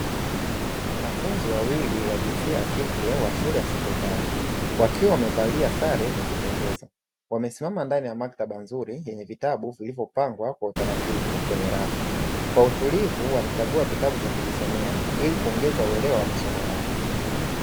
Wanafunzi wawili wa jinsia ya kike wa shule ya sekondari wakiwa wamevalia sare za kupendeza wamesimama ndani ya maktaba nzuri yenye vitabu vilivyopangwa kwa utaratibu kwenye rafu, kwa utulivu wanachagua vitabu vya kujisomea ili kuongeza uelewa wa masomo yao.